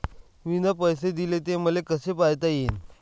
मिन पैसे देले, ते मले कसे पायता येईन?